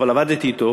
אבל עבדתי אתו